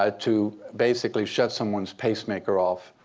ah to basically shut someone's pacemaker off.